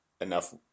enough